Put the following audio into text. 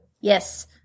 Yes